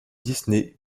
disney